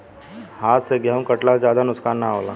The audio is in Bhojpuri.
हाथ से गेंहू कटला से ज्यादा नुकसान ना होला